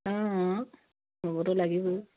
অঁ অঁ হ'বতো লাগিবই